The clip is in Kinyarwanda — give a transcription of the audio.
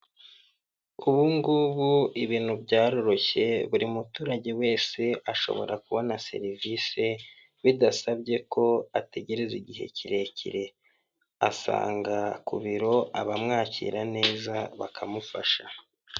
Ibipangu bibiri kimwe kiri mu mabara y'isine ndetse n'umweru; ikindi gifite ibara ry'ivu mu imbere harimo amazu afite ibisenge by'umutuku ndetse amazu ateye irangi ry'umweru, imwe haba hakaba haparitsemo imodoka ifite irangi ry'ivu ndetse hanze hakaba hateye ibiti n'ubusitani.